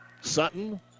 Sutton